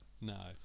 no